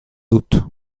dut